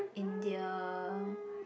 India